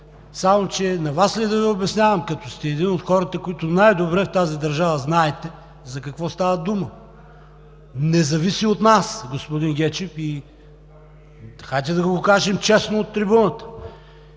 Само че на Вас ли да обяснявам като сте един от хората, които най-добре в тази държава знаете, за какво става дума. Не зависи от нас, господин Гечев, хайде да го кажем честно от трибуната.